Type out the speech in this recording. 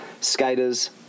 skaters